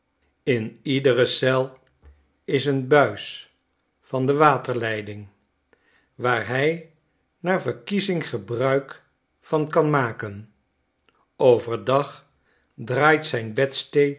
in iedere eel is een buis van de waterleiding waar hij naar verkiezinggebruik van kan maken over dag draait zijn